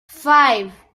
five